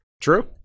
True